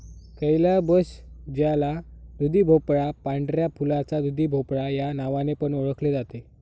calabash ज्याला दुधीभोपळा, पांढऱ्या फुलाचा दुधीभोपळा या नावाने पण ओळखले जाते